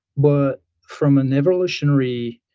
but from an evolutionary